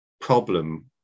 problem